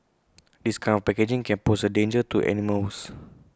this kind of packaging can pose A danger to animals